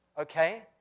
Okay